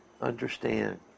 understand